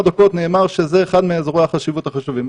דקות נאמר שזה אחד מהאזורים החשובים,